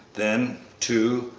then, too,